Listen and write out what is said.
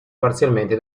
parzialmente